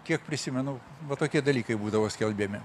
kiek prisimenu va tokie dalykai būdavo skelbiami